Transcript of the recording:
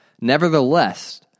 Nevertheless